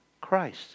Christ